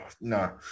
no